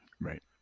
Right